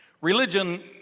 religion